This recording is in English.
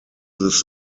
this